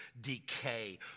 decay